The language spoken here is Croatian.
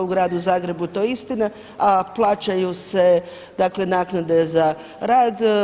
U gradu Zagrebu je to istina, a plaćaju se, dakle naknade za rad.